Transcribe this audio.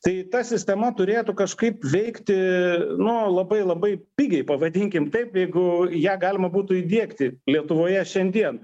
tai ta sistema turėtų kažkaip veikti nu labai labai pigiai pavadinkim taip jeigu ją galima būtų įdiegti lietuvoje šiandien